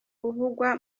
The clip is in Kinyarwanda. uvugwa